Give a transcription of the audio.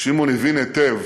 שמעון הבין היטב